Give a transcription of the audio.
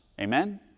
Amen